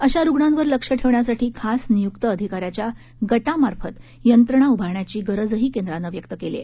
अशा रुग्णांवर लक्ष ठेवण्यासाठी खास नियुक्त अधिकाऱ्याच्या गटामार्फत यंत्रणा उभारण्याची गरजही केंद्रानं व्यक्त केलीय